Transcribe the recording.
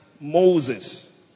Moses